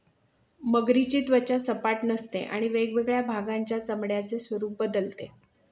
मगरीची त्वचा सपाट नसते आणि वेगवेगळ्या भागांच्या चामड्याचे स्वरूप बदलते